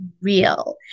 real